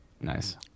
Nice